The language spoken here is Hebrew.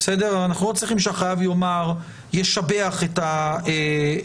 אנחנו לא צריכים שהחייב ישבח את הנאמן.